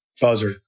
buzzer